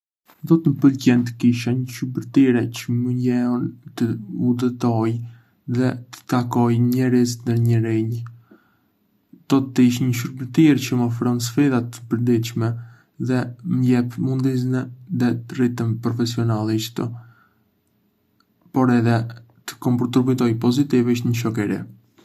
Do të më pëlqente të kisha një shubërtirë që më lejon të udhëtoj dhe të takoj njerëz të rinj. Do të ishte një shubërtirë që më ofron sfida të përditshme dhe më jep mundësinë të rritem profesionalisht, por edhe të kontribuoj pozitivisht në shoqëri.